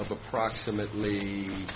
approximately